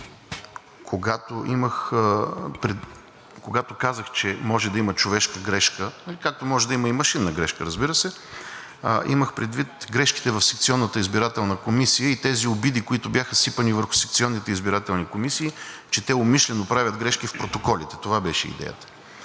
когато казах, че може да има човешка грешка, както може да има и машинна грешка, разбира се, имах предвид грешките в секционната избирателна комисия и тези обиди, които бяха сипани върху секционните избирателни комисии, че те умишлено правят грешки в протоколите. Това беше идеята.